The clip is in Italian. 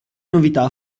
novità